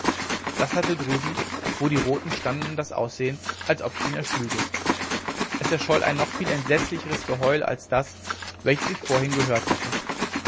das hatte drüben wo die roten standen das aussehen als ob ich ihn erschlüge es erscholl ein noch viel entsetzlicheres geheul als das welches ich vorhin gehört hatte